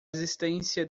existência